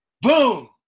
Boom